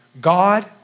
God